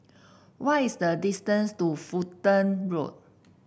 what is the distance to Fulton Road